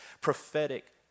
prophetic